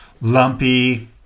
lumpy